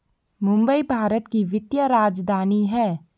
मुंबई भारत की वित्तीय राजधानी है